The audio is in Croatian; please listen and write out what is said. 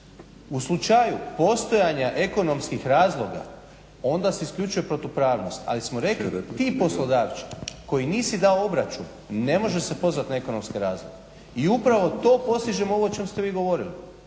u slučaju postojanja ekonomskih razloga onda se isključuje protupravnost. Ali smo rekli da ti poslodavci koji nisu dali obračun ne može se pozvat na ekonomske razlike i upravo to postižemo ovo o čemu ste vi govorili.